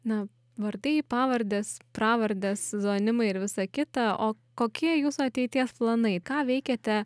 na vardai pavardės pravardės zoonimai ir visa kita o kokie jūsų ateities planai ką veikiate